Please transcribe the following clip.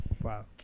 Wow